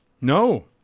No